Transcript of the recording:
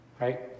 Right